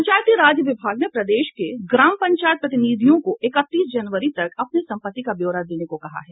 पंचायती राज विभाग ने प्रदेश के ग्राम पंचायत प्रतिनिधियों को इकतीस जनवरी तक अपने सम्पत्ति का ब्योरा देने को कहा है